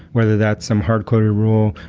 whether that's some hard coded rule,